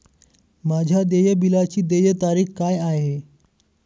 माझ्या देय बिलाची देय तारीख काय आहे?